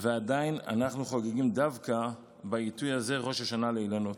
ועדיין אנחנו חוגגים דווקא בעיתוי הזה ראש השנה לאילנות,